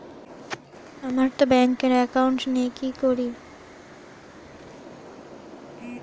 আমারতো ব্যাংকে একাউন্ট নেই কি করি?